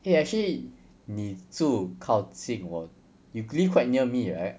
eh actually 你住靠近我 you live quite near me right